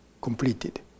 completed